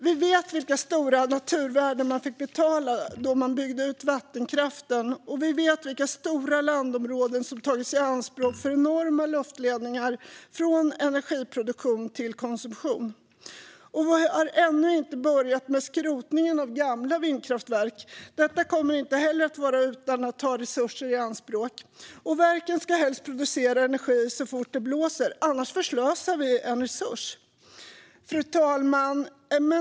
Vi vet vilka stora naturvärden man fick betala med då man byggde ut vattenkraften, och vi vet vilka stora landområden som har tagits i anspråk för enorma luftledningar från energiproduktion till konsumtion. Och vi har ännu inte börjat med skrotningen av gamla vindkraftverk. Detta kommer inte heller att ske utan att resurser tas i anspråk. Verken ska helst producera energi så fort det blåser, annars förslösar vi en resurs. Fru talman!